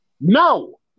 no